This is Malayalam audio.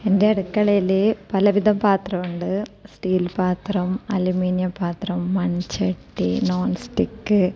എൻ്റെ അടുക്കളയിൽ പലവിധം പാത്രം ഉണ്ട് സ്റ്റീൽ പാത്രം അലൂമിനിയം പാത്രം മൺചട്ടി നോൺ സ്റ്റിക്